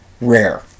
rare